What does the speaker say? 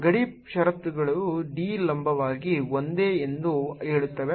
ಗಡಿ ಪರಿಸ್ಥಿತಿಗಳು D ಲಂಬವಾಗಿ ಒಂದೇ ಎಂದು ಹೇಳುತ್ತವೆ